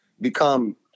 become